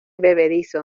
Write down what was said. bebedizo